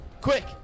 Quick